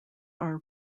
are